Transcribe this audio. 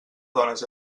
dones